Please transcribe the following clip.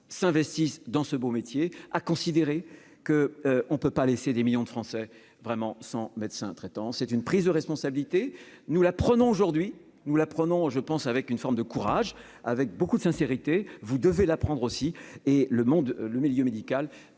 s'investissent dans ce beau métier à considérer que on ne peut pas laisser des millions de Français vraiment sans médecin traitant, c'est une prise de responsabilité, nous la prenons aujourd'hui nous la prenons je pense avec une forme de courage avec beaucoup de sincérité, vous devez la prendre aussi et le monde, le